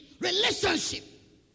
relationship